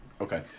Okay